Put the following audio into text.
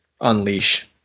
unleash